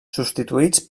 substituïts